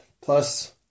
plus